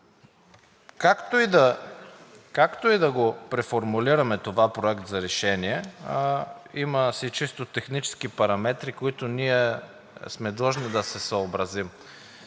Както и да го преформулираме този проект за решение, има си чисто технически параметри, с които ние сме длъжни да се съобразим.